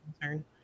concern